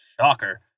Shocker